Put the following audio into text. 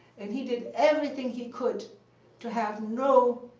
and he did everything he could to have no